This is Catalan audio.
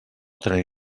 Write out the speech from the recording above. tenir